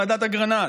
ועדת אגרנט.